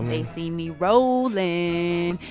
they see me rolling.